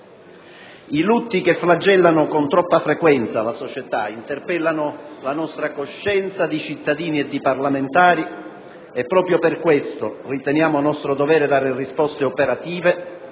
I lutti che flagellano, con troppa frequenza, la società interpellano la nostra coscienza di cittadini e di parlamentari e proprio per questo riteniamo nostro dovere dare risposte operative,